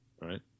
right